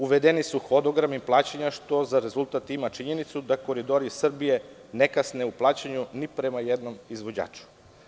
Uvedeni su hodogrami plaćanja, što za rezultat ima činjenicu da „Koridori Srbije“ ne kasne u plaćanju ni prema jednom izvođaču.